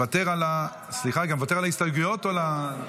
מוותר על ההסתייגויות או על,